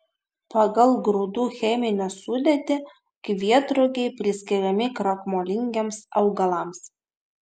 pagal grūdų cheminę sudėtį kvietrugiai priskiriami krakmolingiems augalams